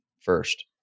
first